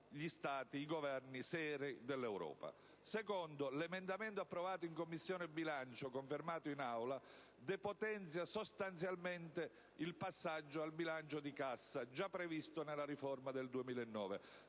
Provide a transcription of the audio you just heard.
luogo, l'emendamento approvato in Commissione bilancio, confermato in Aula, depotenzia sostanzialmente il passaggio al bilancio di cassa già previsto nella riforma del 2009,